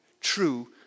true